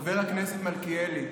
חבר הכנסת מלכיאלי,